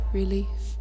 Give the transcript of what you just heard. relief